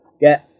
get